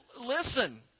listen